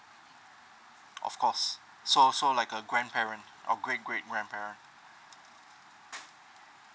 of course so so like a grandparent or great great grandparent